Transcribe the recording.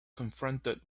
confronted